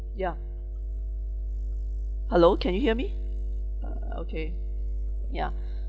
ya hello can you hear me uh okay ya